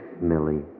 Millie